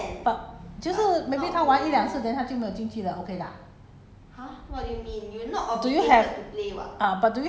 oh but anybody also go in and play [one] ah anybody ah but 就是 maybe 他玩一两次 then 他就没有进去了 okay 的 ah